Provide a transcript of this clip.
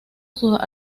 sus